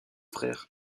frères